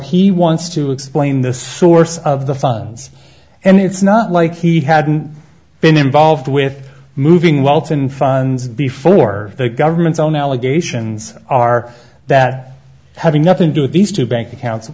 he wants to explain the source of the funds and it's not like he hadn't been involved with moving welton funds before the government's own allegations are that having nothing to do with these two bank accounts w